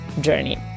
journey